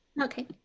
okay